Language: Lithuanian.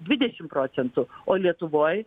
dvidešim procentų o lietuvoj